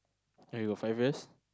oh you got five years